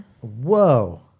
Whoa